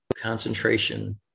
concentration